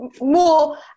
more